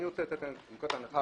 אני רוצה לתת נקודת הנחה